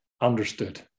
understood